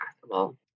possible